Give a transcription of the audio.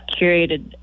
curated